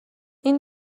این